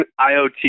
IoT